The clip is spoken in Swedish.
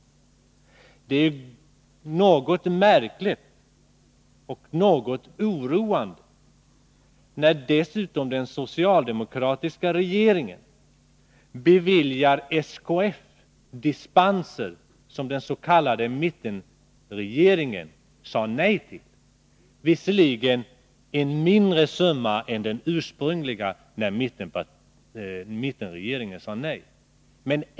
Det är något märkligt och oroande när dessutom den socialdemokratiska regeringen beviljar SKF dispenser som den s.k. mittenregeringen sade nej till, visserligen en mindre summa än den ursprungliga och som mittenregeringen sade nej till.